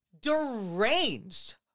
deranged